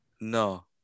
¿No